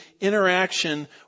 interaction